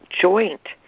joint